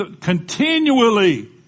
continually